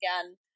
Again